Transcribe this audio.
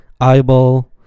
Eyeball